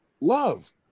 love